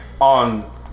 on